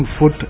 foot